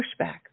pushback